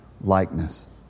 likeness